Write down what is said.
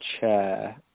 chair